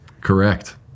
Correct